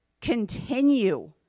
continue